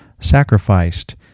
sacrificed